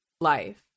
life